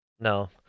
No